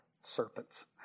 serpents